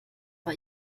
war